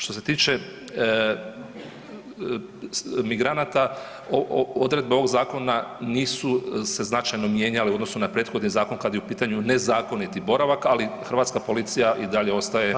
Što se tiče migranata, odredbe ovog zakona nisu se značajno mijenjale u odnosu na prethodni zakon kad je u pitanju nezakoniti boravak, ali hrvatska policija i dalje ostaje